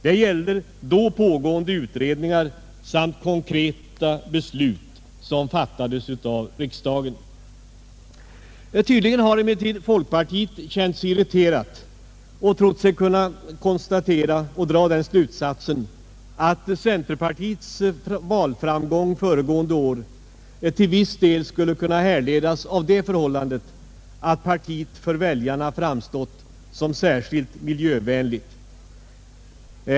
Det gällde då pågående utredningar och konkreta beslut som fattades av riksdagen. Tydligen har emellertid folkpartiet känt sig irriterat och trott sig kunnat dra den slutsatsen, att centerpartiets valframgång föregående år till viss del skulle kunna härledas av det förhållandet att partiet för väljarna framstått som särskilt miljövänligt.